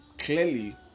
clearly